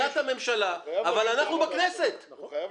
העמדה שלכם,